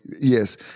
yes